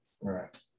Right